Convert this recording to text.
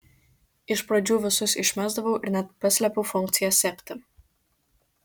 iš pradžių visus išmesdavau ir net paslėpiau funkciją sekti